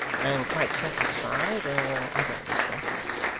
i am quite satisfied in all other respects